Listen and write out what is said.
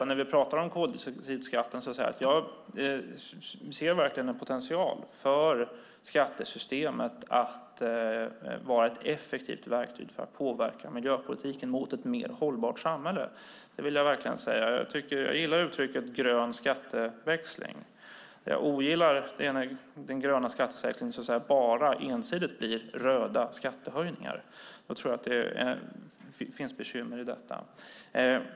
När vi talar om koldioxidskatten ser jag verkligen en potential för skattesystemet att vara ett effektivt verktyg för att påverka miljöpolitiken mot ett mer hållbart samhälle. Det vill jag verkligen säga. Jag gillar uttrycket grön skatteväxling. Det jag ogillar är när den gröna skatteväxlingen bara ensidigt blir röda skattehöjningar. Jag tror att det finns bekymmer i detta.